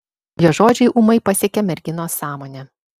jo žodžiai ūmai pasiekė merginos sąmonę